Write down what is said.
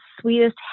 sweetest